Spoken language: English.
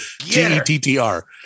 G-E-T-T-R